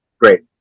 great